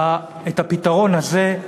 את הפתרון הזה,